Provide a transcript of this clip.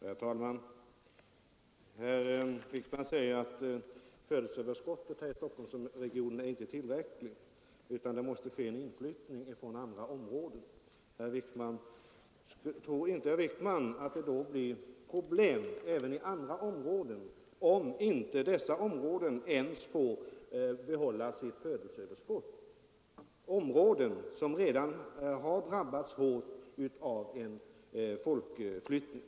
Herr talman! Herr Wijkman säger att födelseöverskottet i Stockholmsregionen inte är tillräckligt utan att det måste ske en inflyttning från andra områden. Tror inte herr Wijkman att det då blir problem i andra områden om inte dessa områden ens får behålla sitt födelseöverskott, områden som redan har drabbats hårt av en folkflyttning?